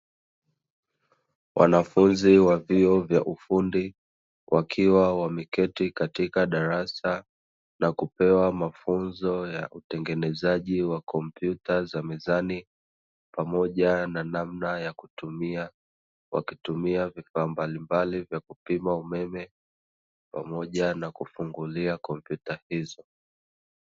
Wanafunzi wa vyuo vya ufundi wakiwa wameketi katika darasa la kupewa mafunzo ya utengenezaji wa kompyuta za mezani, pamoja na namna ya kutumia, wakitumia vifaa mbalimbali vya kupima umeme pamoja na kufungulia kompyuta hizo.